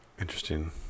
Interesting